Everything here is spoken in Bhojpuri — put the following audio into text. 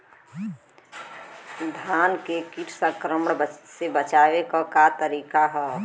धान के कीट संक्रमण से बचावे क का तरीका ह?